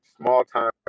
small-time